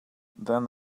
then